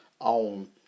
on